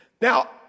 Now